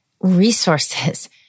resources